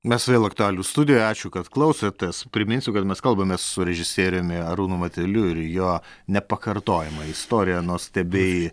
mes vėl aktualijų studijoje ačiū kad klausotės priminsiu kad mes kalbamės su režisieriumi arūnu mateliu ir jo nepakartojama istorija nuostabieji